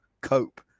cope